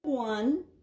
One